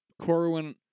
Corwin